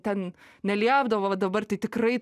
ten neliepdavo va dabar tai tikrai